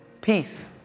peace